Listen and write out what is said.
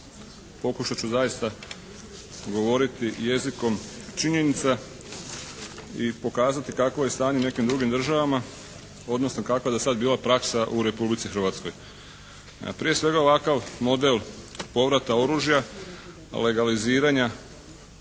Pokušat ću zaista govoriti jezikom činjenica i pokazati kakvo je stanje u nekim drugim državama odnosno kakva je dosad bila praksa u Republici Hrvatskoj. Prije svega ovakav model povrata oružja legaliziranja